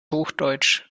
hochdeutsch